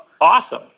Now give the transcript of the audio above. awesome